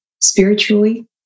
spiritually